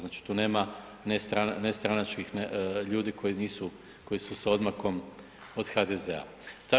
Znači tu nema ne stranačkih ljudi koji nisu, koji su s odmakom od HDZ-a.